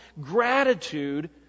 gratitude